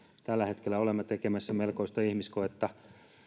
tällä hetkellä olemme tekemässä melkoista ihmiskoetta